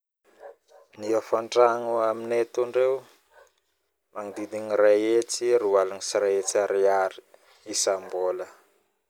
Ny hofantragno aminay tô dray ô magnodidigny 100000AR 120000AR isambolagna